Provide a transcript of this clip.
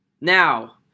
Now